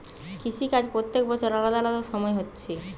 কৃষি কাজ প্রত্যেক বছর আলাদা আলাদা সময় হচ্ছে